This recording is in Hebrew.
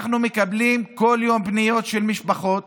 אנחנו מקבלים כל יום פניות של משפחות